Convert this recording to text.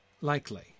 likely